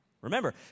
remember